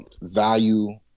value